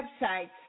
website